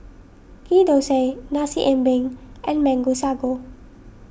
Ghee Thosai Nasi Ambeng and Mango Sago